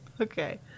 Okay